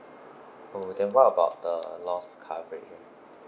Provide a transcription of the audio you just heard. oh then what about the loss coverage